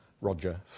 Roger